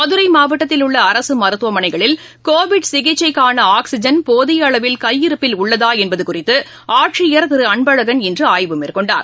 மதுரைமாவட்டத்தில் உள்ள அரசுமருத்துவமனைகளில் கோவிட் சிகிச்சைக்காள ஆக்சிஜன் போதிய அளவில் கையிருப்பில் உள்ளதாஎன்பதுகுறித்துஆட்சியர் திருஅன்பழகன் இன்றுஆய்வு மேற்கொண்டார்